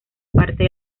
parte